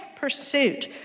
Pursuit